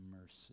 mercy